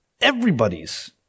Everybody's